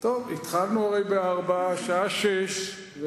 התחלנו בשעה 16:00. השעה 18:00,